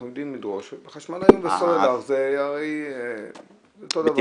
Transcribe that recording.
יודעים לדרוש חשמל חשמלאים --- זה אותו דבר.